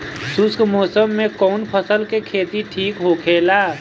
शुष्क मौसम में कउन फसल के खेती ठीक होखेला?